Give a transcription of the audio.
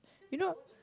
you know